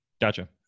Gotcha